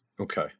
Okay